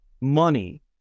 money